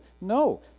no